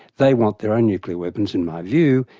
they want their own nuclear weapons, in my view,